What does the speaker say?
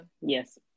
Yes